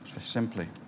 simply